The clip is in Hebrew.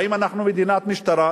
האם אנחנו מדינת משטרה?